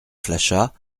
flachat